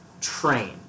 Train